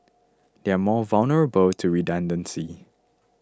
they are more vulnerable to redundancy